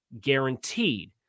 guaranteed